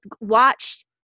watch